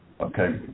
Okay